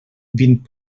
vint